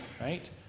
Right